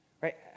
Right